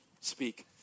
Speak